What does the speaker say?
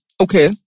Okay